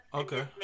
okay